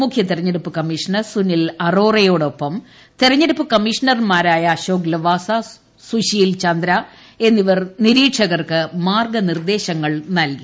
മുഖ്യ തിരഞ്ഞെടുപ്പ് കമ്മീഷണർ സുനിൽ അറോറയോടൊപ്പം തിരഞ്ഞെടുപ്പ് കമ്മീഷണർമാരായ അശോക് ലാവാസ സുശീൽ ചന്ദ്ര എന്നിവർ നിരീക്ഷകർക്ക് മാർഗ നിർദ്ദേശങ്ങൾ നൽകി